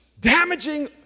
damaging